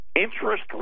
interest